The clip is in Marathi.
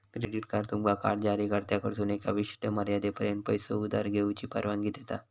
क्रेडिट कार्ड तुमका कार्ड जारीकर्त्याकडसून एका विशिष्ट मर्यादेपर्यंत पैसो उधार घेऊची परवानगी देता